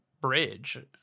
bridge